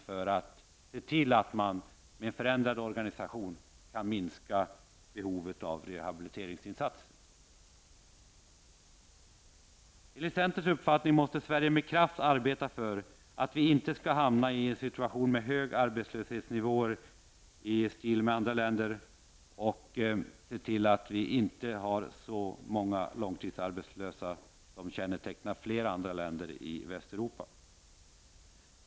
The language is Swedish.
Med hjälp av dem kan man vid förändrad organisation minska behovet av rehabiliteringsinsatser. Enligt centerns uppfattning måste Sverige med kraft arbeta för att vi inte skall hamna i en situation med hög arbetslöshetsnivå i stil med andra länder. Vi måste se till att vi inte har så många långtidsarbetslösa, vilket är kännetecknande för ett antal länder i Västeuropa.